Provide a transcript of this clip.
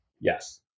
Yes